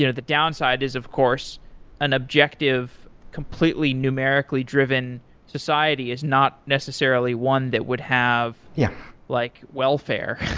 you know the downside is of course an objective completely numerically driven society is not necessarily one that would have yeah like welfare.